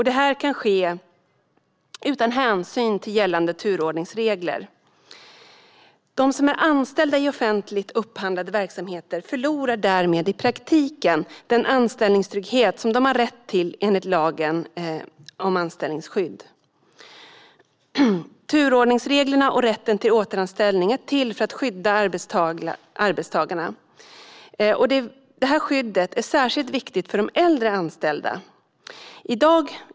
Det kan ske utan hänsyn till gällande turordningsregler. De som är anställda i offentligt upphandlade verksamheter förlorar därmed i praktiken den anställningstrygghet som de har rätt till enligt lagen om anställningsskydd. Turordningsreglerna och rätten till återanställning är till för att skydda arbetstagarna. Det här skyddet är särskilt viktigt för de äldre anställda.